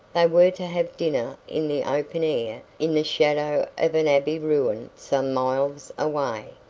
they were to have dinner in the open air in the shadow of an abbey ruin some miles away,